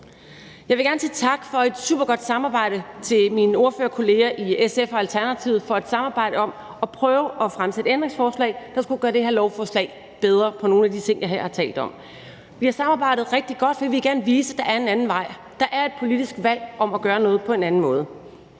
Jeg vil gerne sige tak til mine ordførerkolleger i SF og Alternativet for et supergodt samarbejde om at prøve at stille ændringsforslag, der skulle gøre det her lovforslag bedre på nogle af de ting, som jeg her har talt om. Vi har samarbejdet rigtig godt, for vi vil gerne vise, at der er en anden vej, at der er et politisk valg om at gøre noget på en anden måde.